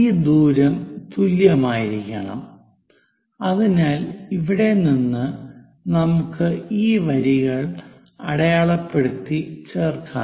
ഈ ദൂരം തുല്യമായിരിക്കണം അതിനാൽ ഇവിടെ നിന്ന് നമുക്ക് ഈ വരികൾ അടയാളപ്പെടുത്തി ചേർക്കാം